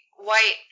white